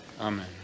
Amen